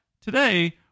today